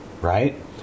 Right